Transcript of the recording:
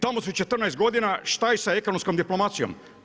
Tamo su 14 godina, šta je sa ekonomskom diplomacijom?